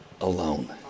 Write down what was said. alone